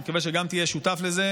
אני מקווה שגם תהיה שותף לזה,